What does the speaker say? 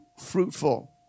fruitful